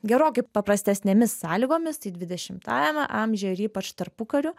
gerokai paprastesnėmis sąlygomis tai dvidešimtajame amžiuje ir ypač tarpukariu